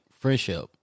friendship